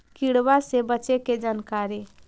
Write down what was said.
किड़बा से बचे के जानकारी?